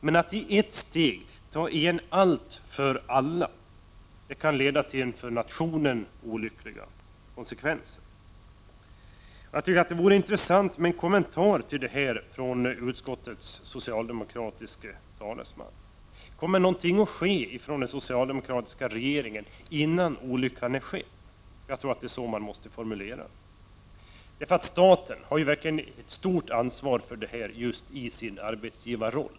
Men att i ett enda steg ta igen allt för alla kan leda till för nationen olyckliga konsekvenser. Det vore intressant att få en kommentar till detta från utskottets socialdemokratiska talesman. Kommer den socialdemokratiska regeringen att göra något innan olyckan är skedd? Det är så frågan måste formuleras. Staten har onekligen ett stort ansvar för detta i sin arbetsgivarroll.